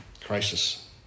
Crisis